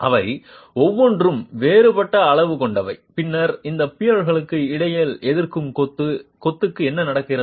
அவை ஒவ்வொன்றும் வேறுபட்ட அளவுகொண்டவை பின்னர் இந்த பியர்களுக்கு இடையே எதிர்க்கும் கொத்துக்கு என்ன நடக்கிறது